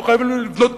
לא חייבים לבנות.